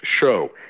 show